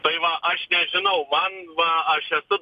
tai va aš nežinau man va aš esu